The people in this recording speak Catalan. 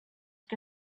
que